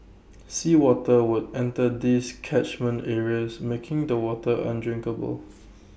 sea water would enter these catchment areas making the water undrinkable